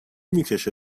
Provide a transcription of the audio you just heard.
میکشه